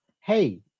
hey